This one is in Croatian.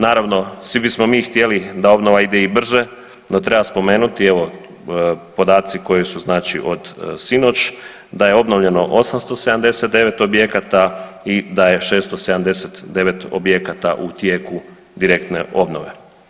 Naravno svi bismo mi htjeli da obnova ide i brže, no treba spomenuti evo podaci koji su znači od sinoć, da je obnovljeno 879 objekata i da je 679 objekata u tijeku direktne obnove.